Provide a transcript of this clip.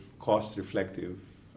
cost-reflective